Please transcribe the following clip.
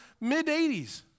Mid-80s